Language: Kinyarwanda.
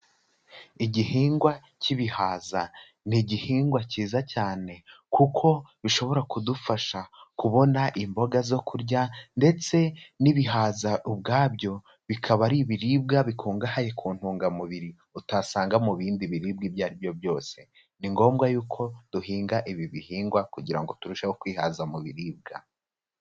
Igihingwa cy'ibihaza ni igihingwa kiza cyane kuko bishobora kudufasha kubona imboga zo kurya ndetse n'ibihaza ubwabyo bikaba ari ibiribwa bikungahaye ku ntungamubiri utasanga mu bindi biribwa ibyo ari byo byose. Ni ngombwa yuko duhinga ibi bihingwa kugira ngo turusheho kwihaza mu biribwa.